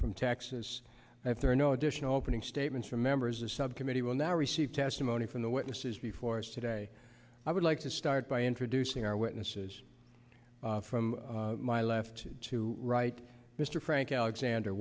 from texas and if there are no additional opening statements from members of subcommittee will now receive testimony from the witnesses before us today i would like to start by introducing our witnesses from my left to right mr frank alexander